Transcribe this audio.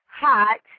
hot